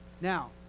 Now